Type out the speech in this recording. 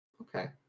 Okay